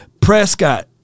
Prescott